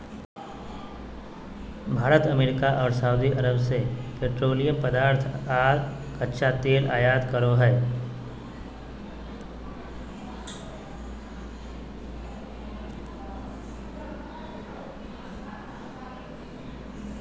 Bharat America आर Saudi Arabia से petroleum पदार्थ आर कच्चा तेल के आयत करो हय